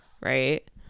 right